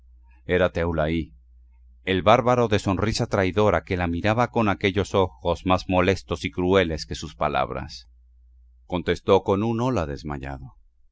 era teulaí el bárbaro de sonrisa traidora que la miraba con aquellos ojos más molestos y crueles que sus palabras contestó con un hola desmayado